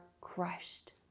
crushed